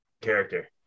character